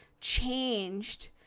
changed